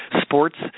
sports